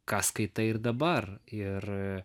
ką skaitai ir dabar ir